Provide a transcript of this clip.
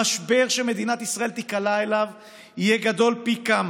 המשבר שמדינת ישראל תיקלע אליו יהיה גדול פי כמה.